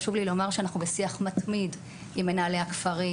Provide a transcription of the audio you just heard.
חשוב לי לומר שאנחנו בשיח מתמיד עם מנהלי הכפרים,